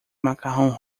macacão